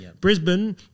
Brisbane